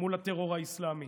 מול הטרור האסלאמי.